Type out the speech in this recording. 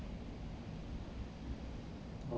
so ya